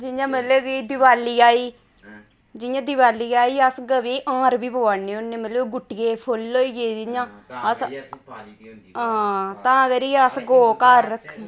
जियां मतलब कि दिवाली आई जियां दिवाली आई अस गवै ई हार बी पुआने होन्ने मतलब गुट्टियें दे फुल्ल होइये जियां तां करियै अस गौऽ घर रक्खने होन्ने